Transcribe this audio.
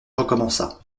recommença